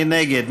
מי נגד?